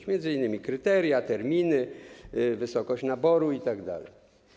To m.in. kryteria, terminy, wysokość naboru itd.